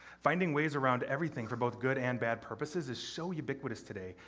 finding ways around everything for both good and bad purposes is so ubiquitous today,